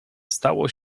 stało